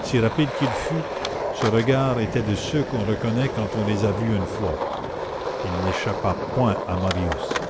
si rapide qu'il fût ce regard était de ceux qu'on reconnaît quand on les a vus une fois il n'échappa point à marius